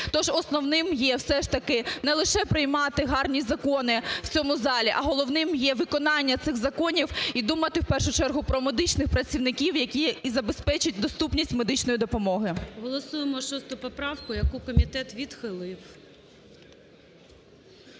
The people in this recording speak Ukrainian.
Тож основним є все ж таки не лише приймати гарні закони в цьому залі, а головним є виконання цих законів і думати, в першу чергу, про медичних працівників, які і забезпечать доступність медичної допомоги. ГОЛОВУЮЧИЙ Голосуємо 6 поправку, яку комітет відхилив.